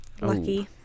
lucky